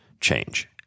change